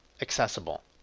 accessible